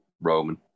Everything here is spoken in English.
Roman